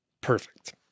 Perfect